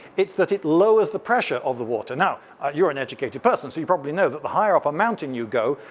it's that it lowers the pressure of the water. now you're an educated person, so you probably know that the higher up a mountain you go,